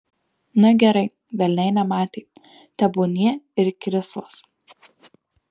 na gerai velniai nematė tebūnie ir krislas